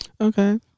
Okay